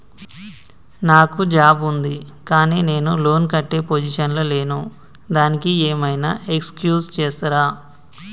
నాకు జాబ్ ఉంది కానీ నేను లోన్ కట్టే పొజిషన్ లా లేను దానికి ఏం ఐనా ఎక్స్క్యూజ్ చేస్తరా?